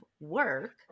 work